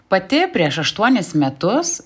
pati prieš aštuonis metus